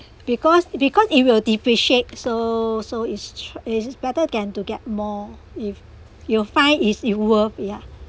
because because it will depreciate so so is is better again to get more if you find is it worth yeah